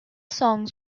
songs